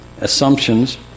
assumptions